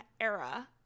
era